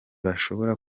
bashobora